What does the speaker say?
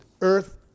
earth